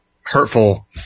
hurtful